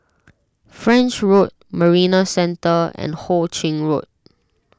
French Road Marina Centre and Ho Ching Road